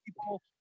people